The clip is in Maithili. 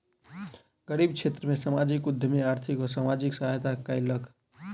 गरीब क्षेत्र में सामाजिक उद्यमी आर्थिक आ सामाजिक सहायता कयलक